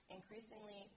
Increasingly